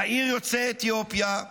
צעיר יוצא אתיופיה,